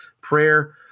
prayer